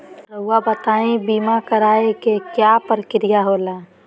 रहुआ बताइं बीमा कराए के क्या प्रक्रिया होला?